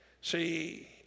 See